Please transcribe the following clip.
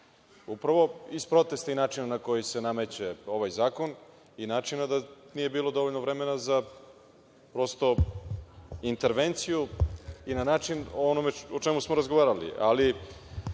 Upravo, iz protesta i načina na koji se nameće ovaj zakon i načina da nije bilo dovoljno vremena za intervenciju i na način o onome o čemu smo razgovarali.